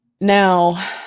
Now